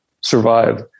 survive